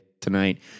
tonight